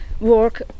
work